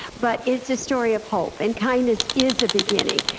but it's a story of hope, and kindness is a beginning,